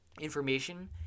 information